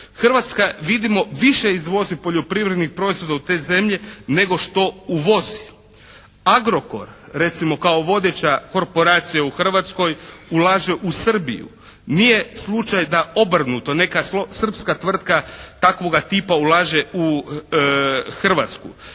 Hrvatska vidimo više izvozi poljoprivrednih proizvoda u te zemlje nego što uvozi. "Agrokor" recimo kao vodeća korporacija u Hrvatskoj ulaže u Srbiju. Nije slučaj da obrnuto, neka srpska tvrtka takvoga tipa ulaže u Hrvatsku.